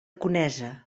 conesa